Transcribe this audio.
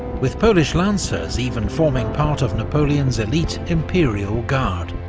with polish lancers even forming part of napoleon's elite imperial guard.